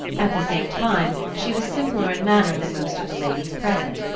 at the same time she was simpler in manner than most of the ladies present,